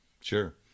Sure